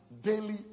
daily